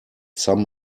some